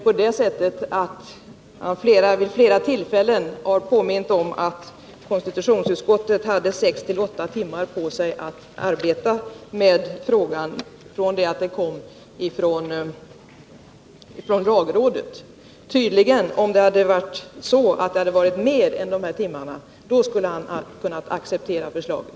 Han har vid flera tillfällen påmint om att konstitutionsutskottet hade sex-åtta timmar på sig att arbeta med frågan från det att förslaget kom från lagrådet. Tydligen hade Per Unckel, om konstitutionsutskottet hade arbetat fler timmar, kunnat acceptera förslaget.